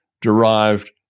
derived